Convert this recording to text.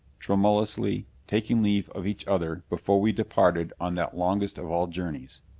tremulously, taking leave of each other before we departed on that longest of all journeys.